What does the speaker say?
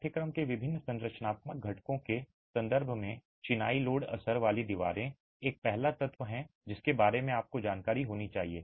पाठ्यक्रम के विभिन्न संरचनात्मक घटकों के संदर्भ में चिनाई लोड असर वाली दीवारें एक पहला तत्व है जिसके बारे में आपको जानकारी होनी चाहिए